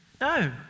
no